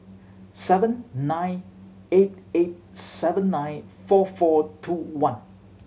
seven nine eight eight seven nine four four two one